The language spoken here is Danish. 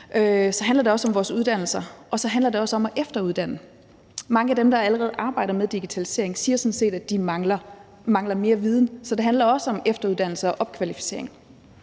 Så handler det også om vores uddannelser, og det handler også om at efteruddanne. Mange af dem, der allerede arbejder med digitalisering, siger sådan set, at de mangler mere viden. Så det handler også om efteruddannelse og opkvalificering.